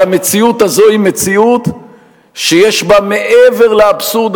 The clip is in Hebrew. שהמציאות הזו היא מציאות שיש בה מעבר לאבסורד